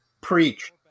preach